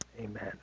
Amen